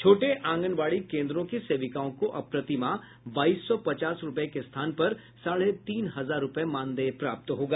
छोटे आंगनबाड़ी केन्द्रों की सेविकाओं को अब प्रतिमाह बाईस सौ पचास रूपये के स्थान पर साढ़े तीन हजार रूपये मानदेय प्राप्त होगा